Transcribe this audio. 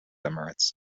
emirates